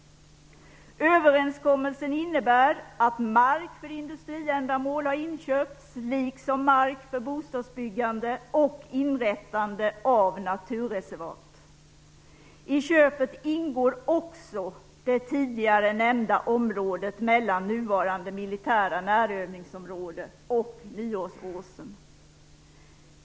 Överenskommelsen innebär att mark för industriändamål har inköpts - liksom mark för bostadsbyggande och för inrättande av naturreservat. I köpet ingår också det tidigare nämnda området mellan nuvarande militära närövningsområde och Nyårsåsen.